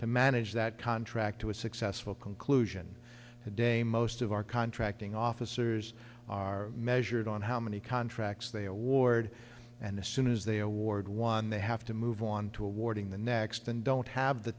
to manage that contract to a successful conclusion today most of our contracting officers are measured on how many contracts they award and the soon as they award one they have to move on to awarding the next and don't have the